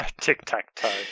Tic-tac-toe